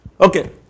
Okay